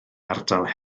ardal